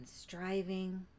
striving